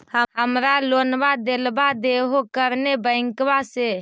हमरा लोनवा देलवा देहो करने बैंकवा से?